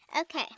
Okay